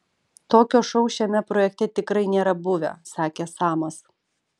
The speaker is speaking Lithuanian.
tokio šou šiame projekte tikrai nėra buvę sakė samas